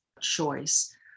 choice